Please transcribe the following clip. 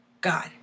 god